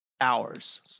Hours